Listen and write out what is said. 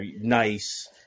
nice